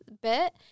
bit